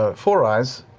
ah four-eyes,